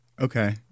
Okay